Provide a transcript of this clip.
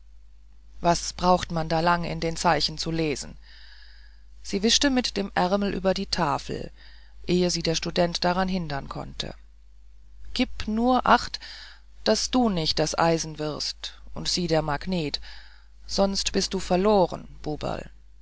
was braucht man da lang in den zeichen zu lesen sie wischte mit dem ärmel über die tafel ehe sie der student daran hindern konnte gib nur acht daß du nicht das eisen wirst und sie der magnet sonst bist du verloren buberl